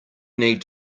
need